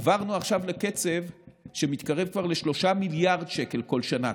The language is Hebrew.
עברנו עכשיו לקצב שמתקרב כבר ל-3 מיליארד שקל כל שנה.